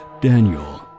Daniel